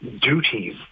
duties